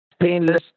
painless